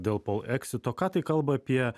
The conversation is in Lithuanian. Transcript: dėl poleksito ką tai kalba apie